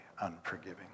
unforgiving